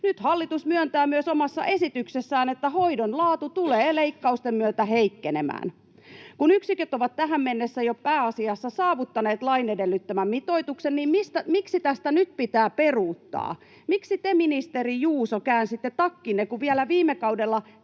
Nyt hallitus myöntää myös omassa esityksessään, että hoidon laatu tulee leikkausten myötä heikkenemään. Kun yksiköt ovat tähän mennessä jo pääasiassa saavuttaneet lain edellyttämän mitoituksen, niin miksi tästä nyt pitää peruuttaa? Miksi te, ministeri Juuso, käänsitte takkinne, kun vielä viime kaudella